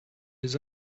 les